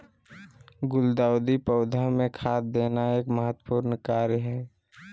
गुलदाऊदी पौधा मे खाद देना एक महत्वपूर्ण कार्य हई